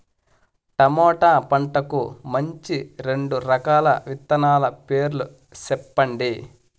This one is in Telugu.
టమోటా పంటకు మంచి రెండు రకాల విత్తనాల పేర్లు సెప్పండి